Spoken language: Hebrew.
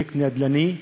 לפרויקט נדל"ני,